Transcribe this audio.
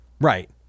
Right